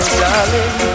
darling